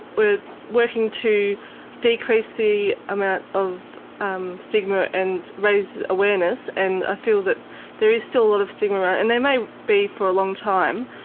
we're working to decrease the amount of um stigma and raise awareness, and i ah feel that there is still a lot of stigma, and there may be for a long time,